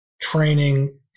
training